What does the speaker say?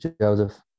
Joseph